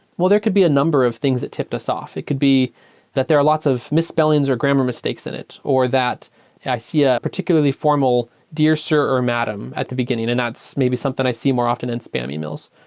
well, there could be a number of things that tipped us off. it could be that there are lots of misspellings or grammar mistakes in it or that i see a particularly formal dear sir or or madame at the beginning, and that's maybe something i see more often in spam emails,